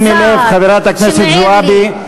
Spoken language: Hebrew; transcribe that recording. שמעיר לי.